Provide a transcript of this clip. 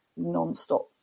nonstop